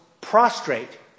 prostrate